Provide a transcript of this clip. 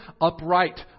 upright